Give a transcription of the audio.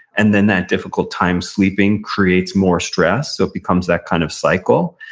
and then that difficult time sleeping creates more stress, so it becomes that kind of cycle,